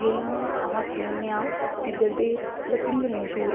जि'यां अस आखने होन्ने आं कि इद्धर दी लकड़ी बड़ी मश्हूर ऐ